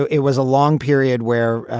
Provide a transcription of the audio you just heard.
it was a long period where,